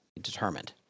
determined